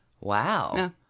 Wow